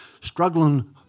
struggling